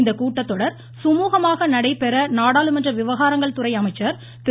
இந்த கூட்டத்தொடர் சுழகமாக நடைபெற நாடாளுமன்ற விவகாரங்கள் துறை அமைச்சர் திரு